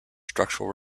structural